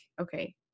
okay